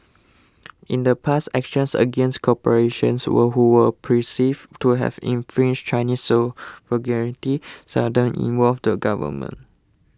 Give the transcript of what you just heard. in the past actions against corporations who were perceived to have infringed Chinese seldom involved the government